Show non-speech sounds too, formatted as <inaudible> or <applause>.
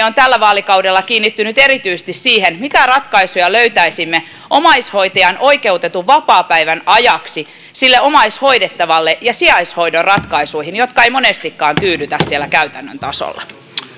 <unintelligible> on tällä vaalikaudella kiinnittynyt erityisesti siihen mitä ratkaisuja löytäisimme omaishoitajan oikeutetun vapaapäivän ajaksi sille omaishoidettavalle ja sijaishoidon ratkaisuihin jotka eivät monestikaan tyydytä siellä käytännön tasolla